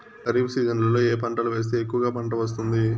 ఖరీఫ్ సీజన్లలో ఏ ఏ పంటలు వేస్తే ఎక్కువగా పంట వస్తుంది?